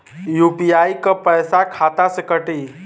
UPI क पैसा खाता से कटी?